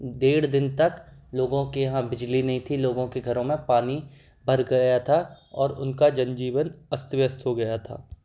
डेढ़ दिन तक लोगों के यहाँ बिजली नहीं थी लोगों के घरों में पानी भर गया था और उनका जनजीवन अस्त व्यस्त हो गया था